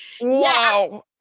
Wow